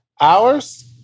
Hours